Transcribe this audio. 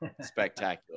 spectacular